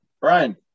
Brian